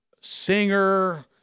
singer